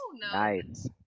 Nice